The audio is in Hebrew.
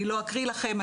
אני לא אקריא לכם,